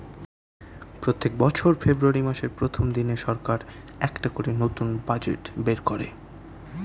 প্রত্যেক বছর ফেব্রুয়ারি মাসের প্রথম দিনে সরকার একটা করে নতুন বাজেট বের করে